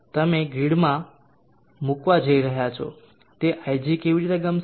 હવે તમે ગ્રીડમાં મૂકવા જઈ રહ્યા છો તે ig કેવી રીતે ગમશે